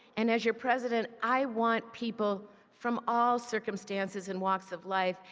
and as your president, i want people from all circumstances and walks of life,